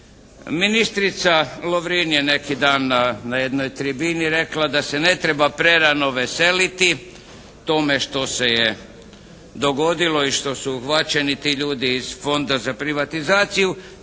Ministrica Lovrin je neki dan na jednoj tribini rekla da se ne treba prerano veseliti tome što se je dogodilo i što su uhvaćeni ti ljudi iz Fonda za privatizaciju,